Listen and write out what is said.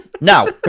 Now